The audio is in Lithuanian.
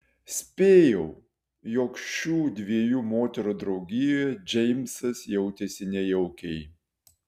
spėjau jog šių dviejų moterų draugijoje džeimsas jautėsi nejaukiai